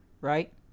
right